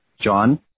John